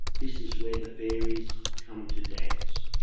this is where the fairies come to dance.